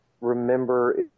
remember